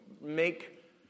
make